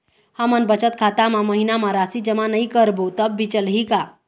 हमन बचत खाता मा महीना मा राशि जमा नई करबो तब भी चलही का?